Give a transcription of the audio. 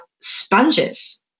sponges